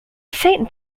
saint